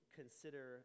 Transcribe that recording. consider